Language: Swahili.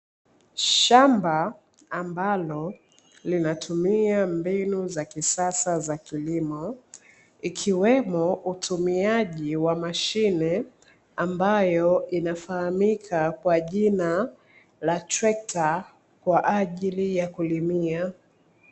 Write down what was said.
Shamba ambalo linatumia mbinu za kisasa za kilimo, ikiwemo utumiaji wa mashine ambayo inafahamika kwa jina la trekta; kwa ajili ya kulimia.